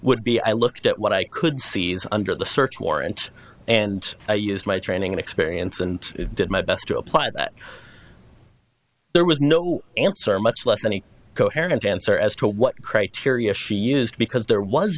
would be i looked at what i could seize under the search warrant and i used my training and experience and did my best to apply that there was no answer much less any coherent answer as to what criteria she used because there was